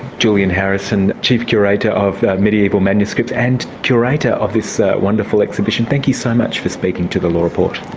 julian harrison, chief curator of medieval manuscripts and curator of this wonderful exhibition thank you so much for speaking to the law report.